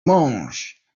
mąż